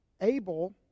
Abel